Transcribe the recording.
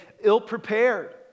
ill-prepared